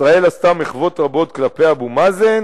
ישראל עשתה מחוות רבות כלפי אבו מאזן,